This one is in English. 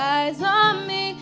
i mean